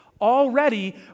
Already